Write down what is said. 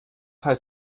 heißt